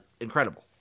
incredible